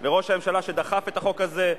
לראש הממשלה, שדחף את החוק הזה.